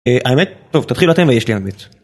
האמת טוב תתחיל אתה יש לי על בית.